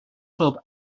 club